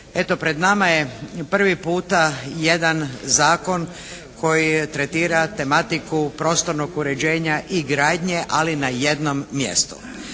Eto, pred nama je prvi puta jedan zakon koji tretira tematiku prostornog uređenja i gradnje ali na jednom mjestu.